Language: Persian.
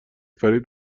فریب